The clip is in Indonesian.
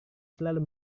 selalu